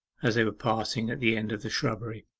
as they were parting at the end of the shrubbery.